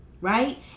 right